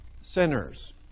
Sinners